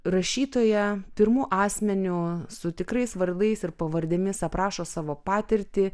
rašytoja pirmu asmeniu su tikrais vardais ir pavardėmis aprašo savo patirtį